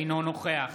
אינו נוכח